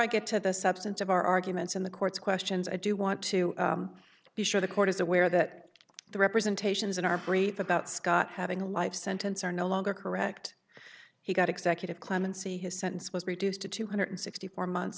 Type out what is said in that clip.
i get to the substance of our arguments in the courts questions i do want to be sure the court is aware that the representations in our brief about scott having a life sentence are no longer correct he got executive clemency his sentence was reduced to two hundred sixty four month